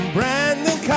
Brandon